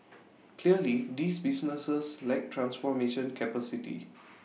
clearly these businesses lack transformation capacity